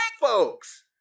folks